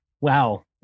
Wow